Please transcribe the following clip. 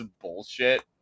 bullshit